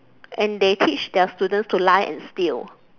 and they teach their students to lie and steal